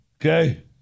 Okay